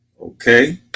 Okay